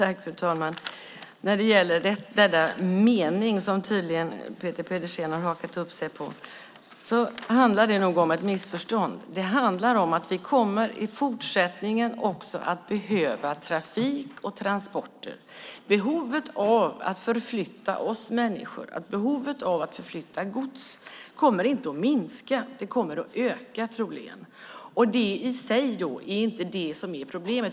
Fru talman! När det gäller den mening som Peter Pedersen har hakat upp sig på är det nog ett missförstånd. Det handlar om att vi i fortsättningen kommer att behöva trafik och transporter. Behovet av att förflytta människor och gods kommer inte att minska. Det kommer att öka troligen. Det i sig är inte det som är problemet.